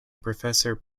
professor